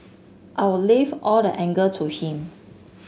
I'll leave all the anger to him